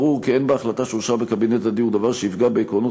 ברור כי אין בהחלטה שאושרה בקבינט הדיור דבר שיפגע בעקרונות